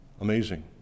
amazing